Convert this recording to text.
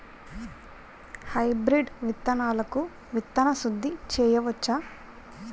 Hybrid విత్తనాలకు విత్తన శుద్ది చేయవచ్చ?